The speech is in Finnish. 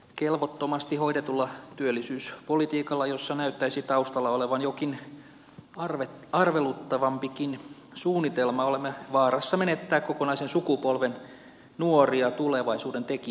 kelvottomasti hoidetulla työllisyyspolitiikalla jossa näyttäisi taustalla olevan jokin arveluttavampikin suunnitelma olemme vaarassa menettää kokonaisen sukupolven nuoria tulevaisuuden tekijöitämme